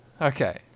Okay